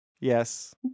Yes